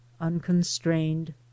unconstrained